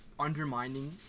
undermining